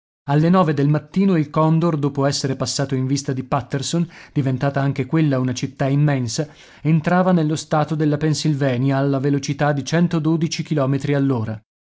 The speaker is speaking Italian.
alle nove del mattino il condor dopo essere passato in vista di patterson diventata anche quella una città immensa entrava nello stato della pennsylvania alla velocità di centododici chilometri